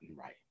right